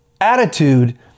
attitude